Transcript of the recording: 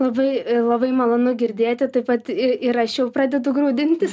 labai labai malonu girdėti taip pat ir aš jau pradedu graudintis